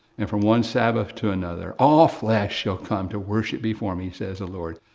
and from one sabbath to another, all flesh shall come to worship before me, says the lord.